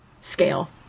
scale